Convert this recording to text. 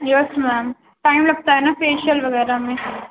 یس ma'am time لگتا ہے نہ فیشیئل وغیرہ میں